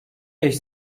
beş